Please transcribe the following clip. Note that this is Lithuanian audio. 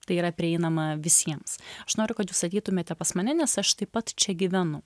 tai yra prieinama visiems aš noriu kad jūs ateitumėte pas mane nes aš taip pat čia gyvenu